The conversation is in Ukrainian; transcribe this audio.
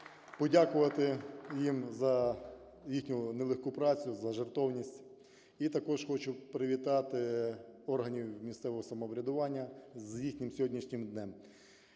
Подякувати їм за їхню нелегку працю, за жертовність. І також хочу привітати органи місцевого самоврядування з їхнім сьогоднішнім днем.